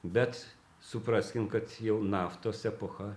bet supraskim kad jau naftos epocha